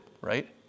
right